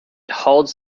holds